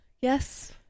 Yes